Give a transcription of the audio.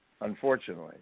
unfortunately